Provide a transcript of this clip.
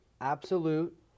Absolute